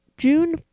June